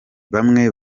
bamwe